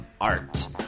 art